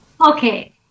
Okay